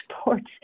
sports